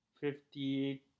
fifty